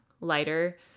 lighter